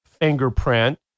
fingerprint